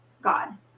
God